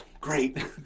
great